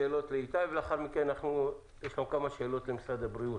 שאלות לאיתי ולאחר מכן יש לנו כמה שאלות למשרד הבריאות.